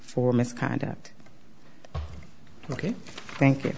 for misconduct ok thank you